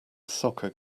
soccer